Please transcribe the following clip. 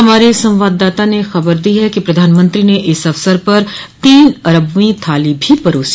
हमारे संवाददाता ने खबर दी है कि प्रधानमंत्री ने इस अवसर पर तीन अरबवीं थाली भी परोसी